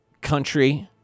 country